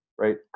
right